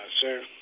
sir